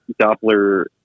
Doppler